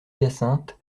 hyacinthe